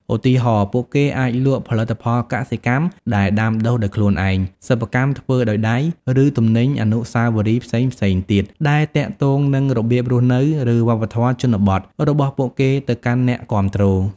ឧទាហរណ៍ ពួកគេអាចលក់ ផលិតផលកសិកម្ម ដែលដាំដុះដោយខ្លួនឯង សិប្បកម្មធ្វើដោយដៃ ឬ ទំនិញអនុស្សាវរីយ៍ផ្សេងៗទៀត ដែលទាក់ទងនឹងរបៀបរស់នៅ ឬវប្បធម៌ជនបទរបស់ពួកគេទៅកាន់អ្នកគាំទ្រ។